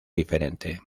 diferente